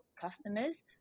customers